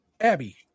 Abby